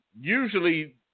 usually